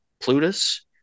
Plutus